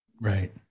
right